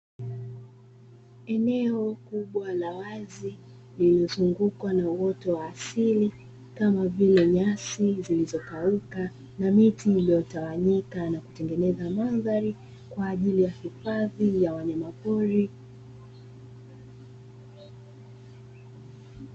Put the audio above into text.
Eneo kubwa la wazi lililozungukwa na uoto wa asili kama vile nyasi zilizokauka na miti iliyo tawanyika na kutengeneza mandhari kwa ajili ya hifadhi ya wanyama pori.